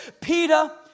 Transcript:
Peter